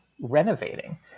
renovating